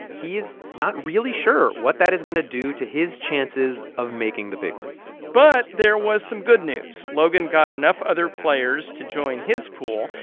he's not really sure what that is going to do to his chances of making the big leagues but there was some good news. logan got enough other players to join his pool.